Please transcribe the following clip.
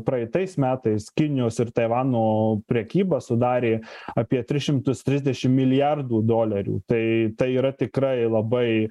praeitais metais kinijos ir taivano prekyba sudarė apie tris šimtus trisdešim milijardų dolerių tai tai yra tikrai labai